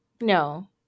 No